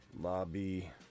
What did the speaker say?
Lobby